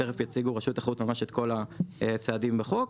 תכף יציגו רשות התחרות ממש את כל הצעדים בחוק,